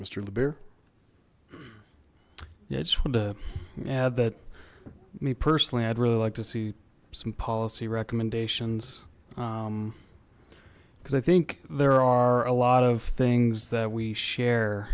beer ya just want to yeah that me personally i'd really like to see some policy recommendations because i think there are a lot of things that we share